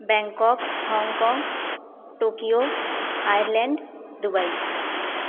Bangkok Hong Kong Tokyo Ireland Dubai